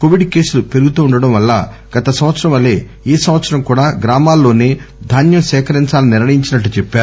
Covid కేసులు పెరుగుతుండటం వల్ల గత సంవత్సరం వలే ఈ సంవత్సరం కూడా గ్రామాల్లోనే ధాన్యం సేకరించాలని నిర్ణయించినట్లు చెప్పారు